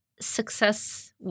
success